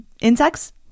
insects